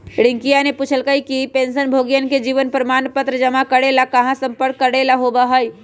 रियंकावा ने पूछल कई कि पेंशनभोगियन के जीवन प्रमाण पत्र जमा करे ला कहाँ संपर्क करे ला होबा हई?